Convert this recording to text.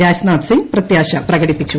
രാജ്നാഥ്സിംഗ് പ്രത്യാശ പ്രകടിപ്പിച്ചു